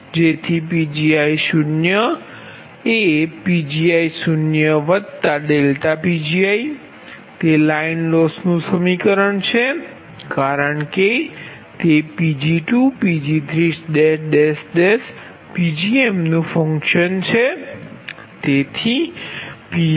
જેથી Pgi0 to Pgi0∆Pgi તે line loss નુ સમીકરણ છે કારણ કે તે Pg2Pg3